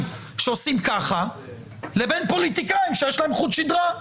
שעושים ככה לבין פוליטיקאים שיש להם חוט שדרה.